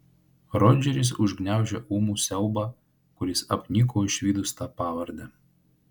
rodžeris užgniaužė ūmų siaubą kuris apniko išvydus tą pavardę